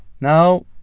now